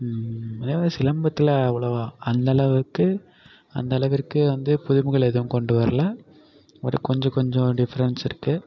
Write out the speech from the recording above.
அதே மாதிரி சிலம்பத்தில் அவ்ளோவா அந்த அளவுக்கு அந்த அளவிற்கு வந்து புதுமைகள் எதுவும் கொண்டு வரல ஒரு கொஞ்சம் கொஞ்சம் டிஃப்ரென்ஸ் இருக்குது